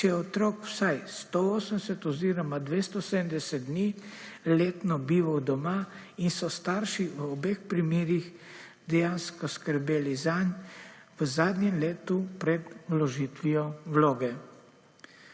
če otrok vsaj 180 oziroma 270 dni letno bival doma in so starši v obeh primerih dejansko skrbeli zanj v zadnjem letu pred vložitvijo vloge.